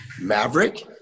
Maverick